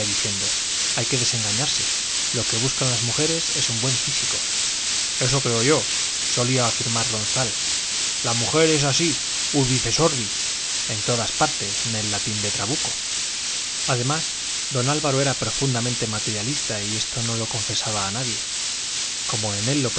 mesía diciendo hay que desengañarse lo que buscan las mujeres es un buen físico eso creo yo solía afirmar ronzal la mujer es así urbicesorbi en todas partes en el latín de trabuco además don álvaro era profundamente materialista y esto no lo confesaba a nadie como en él